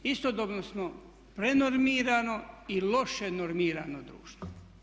Istodobno smo prenormirano i loše normirano društvo.